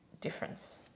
difference